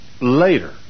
later